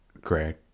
Great